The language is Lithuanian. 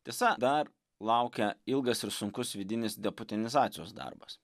tiesa dar laukia ilgas ir sunkus vidinis deputanizacijos darbas